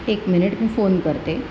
एक मिनिट मी फोन करते